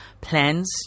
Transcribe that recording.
plans